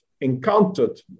encountered